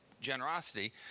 generosity